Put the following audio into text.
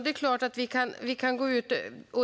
Det är klart att vi kan